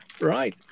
Right